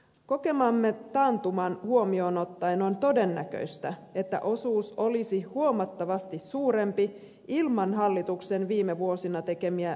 kokemamme taantuma huomioon ottaen on todennäköistä että osuus olisi huomattavasti suurempi ilman hallituksen viime vuosina tekemiä elvytystoimia